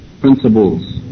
principles